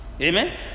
Amen